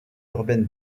urbaine